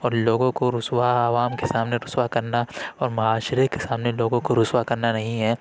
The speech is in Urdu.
اور لوگوں کو رسوا عوام کے سامنے رسوا کرنا اور معاشرے کے سامنے لوگوں کو رسوا کرنا نہیں ہے